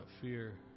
fear